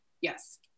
Yes